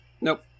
Nope